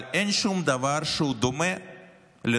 אבל אין שום דבר שהוא דומה לנוסח